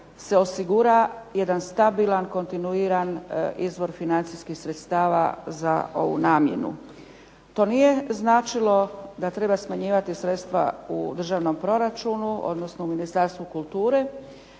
se osigura jedan stabilan kontinuiran izvor financijskih sredstava za ovu namjenu. To nije značilo da treba smanjivati sredstva u državnom proračunu, odnosno u Ministarstvu kulture